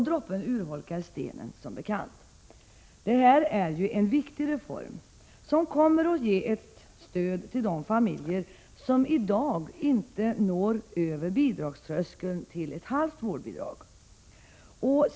Droppen urholkar stenen som bekant. Detta är en viktig reform som kommer att ge ett stöd till de familjer som i dag inte når över bidragströskeln som berättigar till ett halvt vårdbidrag.